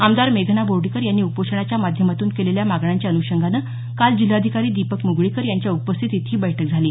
आमदार मेघना बोर्डीकर यांनी उपोषणाच्या माध्यमातून केलेल्या मागण्यांच्या अन्षंगानं काल जिल्हाधिकारी दीपक मुगळीकर यांच्या उपस्थितीत ही बैठक झाली